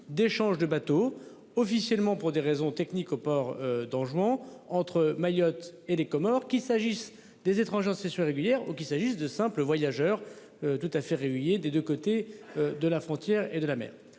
d'échanges de bateau, officiellement pour des raisons techniques au port d'Anjouan entre Mayotte et les Comores qu'il s'agisse des étrangers en situation irrégulière ou qu'il s'agisse de simples voyageurs. Tout à fait réveillé des 2 côtés de la frontière et de la mer.